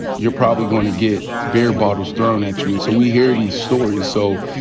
you're probably gonna get beer bottles thrown at you. so we hear these stories. so,